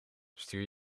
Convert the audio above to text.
stuur